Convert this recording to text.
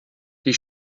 die